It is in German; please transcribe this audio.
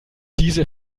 diese